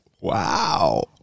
Wow